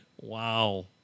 Wow